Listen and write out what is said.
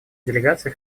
делегация